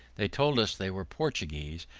they told us they were portuguese,